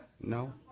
No